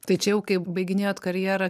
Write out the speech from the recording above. tai čia jau kai baiginėjot karjerą